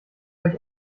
euch